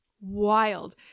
Wild